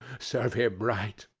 serve him right.